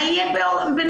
מה יהיה בנובמבר?